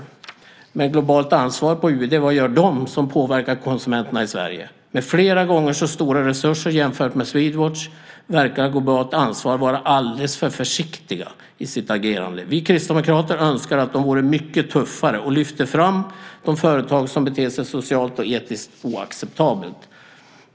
Men vad gör Globalt ansvar vid UD som påverkar konsumenterna i Sverige? Med flera gånger så stora resurser som Swedwatch verkar Globalt ansvar vara alldeles för försiktigt i sitt agerande. Vi kristdemokrater önskar att de vore mycket tuffare och lyfte fram de företag som beter sig socialt och etiskt oacceptabelt.